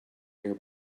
air